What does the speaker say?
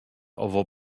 owo